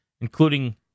including